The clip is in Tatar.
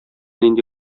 нинди